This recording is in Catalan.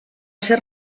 ser